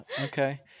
Okay